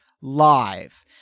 live